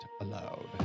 aloud